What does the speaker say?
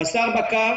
בשר בקר